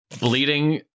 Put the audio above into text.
bleeding